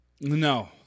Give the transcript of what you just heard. No